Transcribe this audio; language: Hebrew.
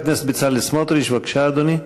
חבר הכנסת בצלאל סמוטריץ, בבקשה, אדוני.